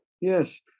Yes